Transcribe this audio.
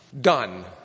Done